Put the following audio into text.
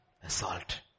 Assault